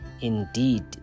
Indeed